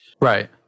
right